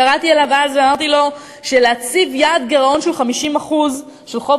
קראתי לו אז ואמרתי לו שלהציב יעד גירעון של 50% של חוב